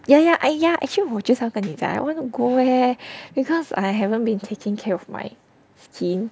yeah yeah I yeah actually 我 just now 要跟你讲 I wanna go eh because I haven't been taking care of my skin